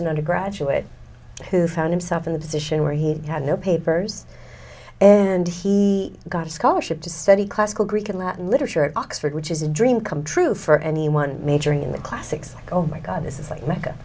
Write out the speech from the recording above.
n undergraduate who found himself in a position where he had no papers and he got a scholarship to study classical greek and latin literature at oxford which is a dream come true for anyone majoring in the classics oh my god this is like mecca